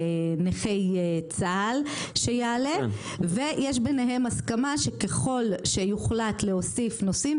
נכי צה"ל שיעלה ויש ביניהם הסכמה שככל שיוחלט להוסיף נושאים,